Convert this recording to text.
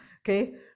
Okay